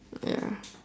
ya